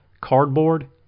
cardboard